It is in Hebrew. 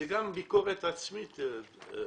זה גם ביקורת עצמית טובה.